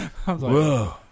whoa